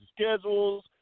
schedules